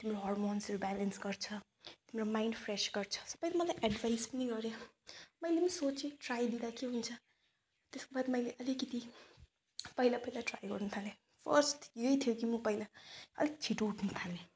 तिम्रो हर्मोन्सहरू ब्यालेन्स गर्छ तिम्रो माइन्ड फ्रेस गर्छ सबैले मलाई एड्भाइस पनि गर्यो मैले पनि सोचेँ ट्राई लिँदा के हुन्छ त्यसको बाद मैले अलिकति पहिला पहिला ट्राई गर्नु थालेँ फर्स्ट यही थियो कि म पहिला अलिक छिटो उठ्नु थालेँ